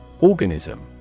Organism